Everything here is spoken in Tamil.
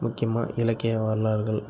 முக்கியமாக இலக்கிய வரலாறுகள்